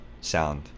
sound